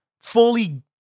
fully